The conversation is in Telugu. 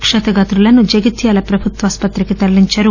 క్షతగాత్రులను జగిత్యాల ప్రభుత్వాసుపత్రికి తరలించారు